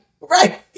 Right